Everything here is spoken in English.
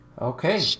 Okay